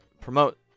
promote